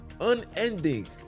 unending